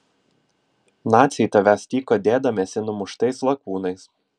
naciai tavęs tyko dėdamiesi numuštais lakūnais